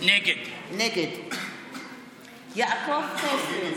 נגד יעקב טסלר,